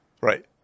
Right